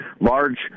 large